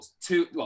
two